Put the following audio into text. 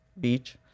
Beach